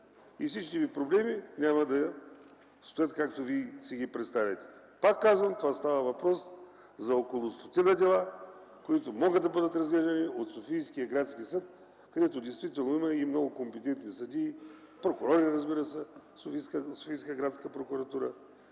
и всичките ви проблеми няма да стоят, както вие си ги представяте. Пак казвам, става въпрос за около стотина дела, които могат да бъдат разгледани от Софийския градски съд, където действително има и много компетентни съдии, разбира се, прокурори в Софийска градска прокуратура.